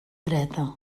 dreta